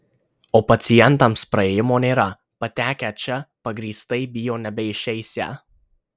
o pacientams praėjimo nėra patekę čia pagrįstai bijo nebeišeisią